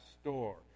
store